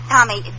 Tommy